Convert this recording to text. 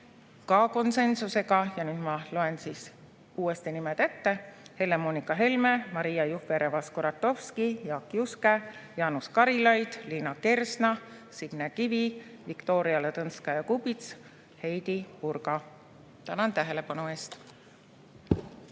ka konsensusega. Ja nüüd ma loen uuesti nimed ette: Helle-Moonika Helme, Maria Jufereva-Skuratovski, Jaak Juske, Jaanus Karilaid, Liina Kersna, Signe Kivi, Viktoria Ladõnskaja-Kubits ja Heidy Purga. Tänan tähelepanu eest!